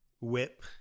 Whip